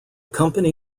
company